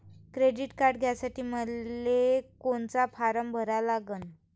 Credit card घ्यासाठी मले कोनचा फारम भरा लागन?